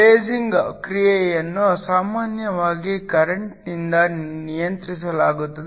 lasing ಕ್ರಿಯೆಯನ್ನು ಸಾಮಾನ್ಯವಾಗಿ current ನಿಂದ ನಿಯಂತ್ರಿಸಲಾಗುತ್ತದೆ